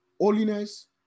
Holiness